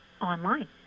online